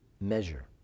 measure